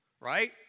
right